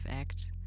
act